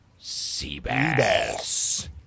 Seabass